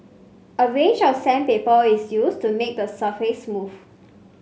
a range of sandpaper is used to make the surface smooth